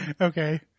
Okay